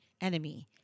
enemy